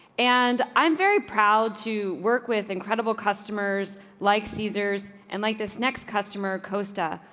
and i'm very proud to work with incredible customers like caesar's and like, this next customer, costa,